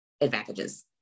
advantages